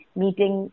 meeting